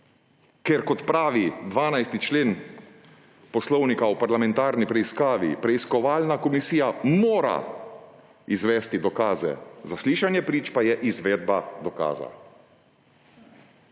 Ker kot pravi 12. člen Poslovnika o parlamentarni preiskavi: »Preiskovalna komisija mora izvesti dokaze, zaslišanje prič pa je izvedba dokaza.«